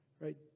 right